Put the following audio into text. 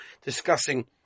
discussing